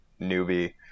newbie